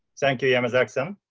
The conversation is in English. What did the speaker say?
thank you yamazaki-san.